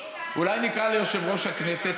אולי נקרא ליושב-ראש הכנסת,